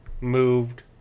moved